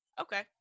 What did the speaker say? Okay